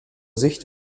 sicht